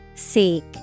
Seek